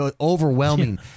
overwhelming